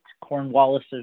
Cornwallis